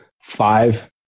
five